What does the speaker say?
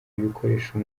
ibikoresho